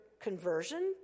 conversion